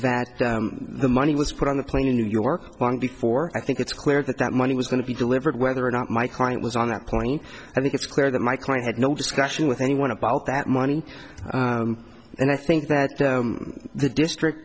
that the money was put on the plane in new york long before i think it's clear that that money was going to be delivered whether or not my client was on that plane i think it's clear that my client had no discussion with anyone about that money and i think that the district